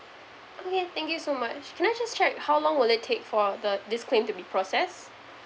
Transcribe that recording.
okay thank you so much can I just check how long will it take for the this claim to be processed